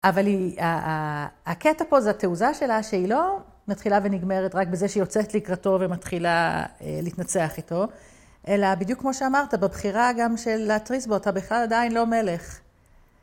אבל הקטע פה זה התעוזה שלה, שהיא לא מתחילה ונגמרת רק בזה שהיא יוצאת לקראתו ומתחילה להתנצח איתו, אלא בדיוק כמו שאמרת, בבחירה גם של להתריס בו, אתה בכלל עדיין לא מלך.